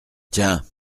tiens